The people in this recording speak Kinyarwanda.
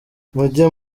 mujye